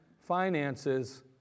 finances